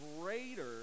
greater